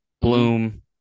Bloom